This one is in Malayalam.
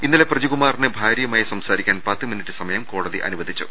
ഇന്നലെ പ്രജികുമാറിന് ഭാര്യയുമായി സംസാരിക്കാൻ പത്ത് മിനുട്ട് സമയം കോടതി അനുവദിച്ചു